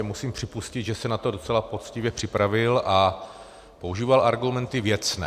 Musím připustit, že se na to docela poctivě připravil a používal argumenty věcné.